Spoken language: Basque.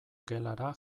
gelara